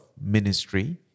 ministry